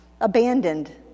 abandoned